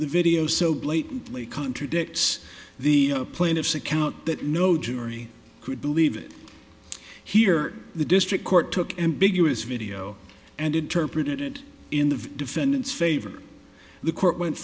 the video so blatantly contradicts the plaintiff's account that no jury could believe it here the district court took ambiguous video and interpreted it in the defendant's favor the court went